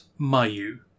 Mayu